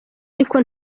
ariko